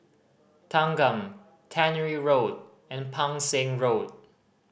Thanggam Tannery Road and Pang Seng Road